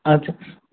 अच्छा